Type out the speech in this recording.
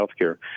Healthcare